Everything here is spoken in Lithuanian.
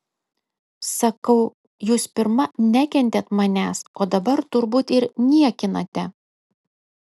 sakau jūs pirma nekentėt manęs o dabar turbūt ir niekinate